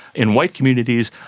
in white communities,